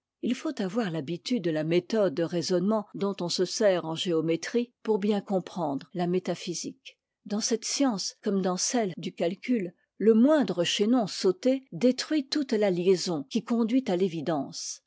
t faut avoir l'habitude de la méthode de raisonnement dont on se sert en séométrie pour bien comprendre la métaphysique dans cette science comme dans celle du calcul le moindre chaînon sauté détruit toute la liaison qui conduit à t'évidence